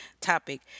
topic